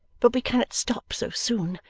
but we cannot stop so soon.